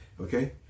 okay